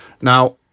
Now